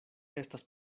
estas